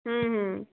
হুম হুম